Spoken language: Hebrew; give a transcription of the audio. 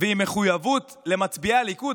ועם מחויבות למצביעי הליכוד.